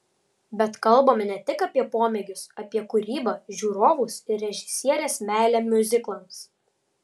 bet kalbame ne tik apie pomėgius apie kūrybą žiūrovus ir režisierės meilę miuziklams